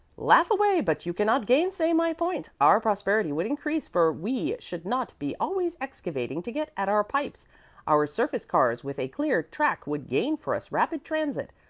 laugh away, but you cannot gainsay my point. our prosperity would increase, for we should not be always excavating to get at our pipes our surface cars with a clear track would gain for us rapid transit,